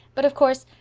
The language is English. but, of course,